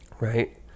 right